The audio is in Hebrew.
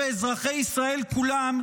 ואזרחי ישראל כולם,